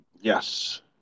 Yes